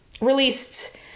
released